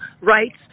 rights